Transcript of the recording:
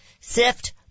sift